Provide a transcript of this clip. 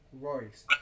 Royce